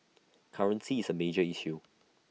currency is A major issue